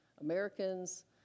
Americans